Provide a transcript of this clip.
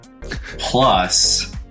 plus